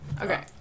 Okay